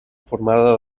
formada